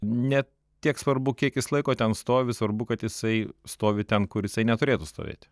ne tiek svarbu kiek jis laiko ten stovi svarbu kad jisai stovi ten kur jisai neturėtų stovėti